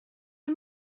you